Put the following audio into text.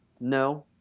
No